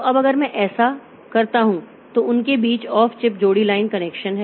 तो अब अगर मैं ऐसा करता हूं तो उनके बीच ऑफ चिप जोड़ी लाइन कनेक्शन हैं